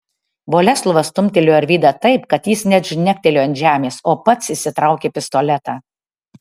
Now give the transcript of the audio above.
boleslovas stumtelėjo arvydą taip kad jis net žnektelėjo ant žemės o pats išsitraukė pistoletą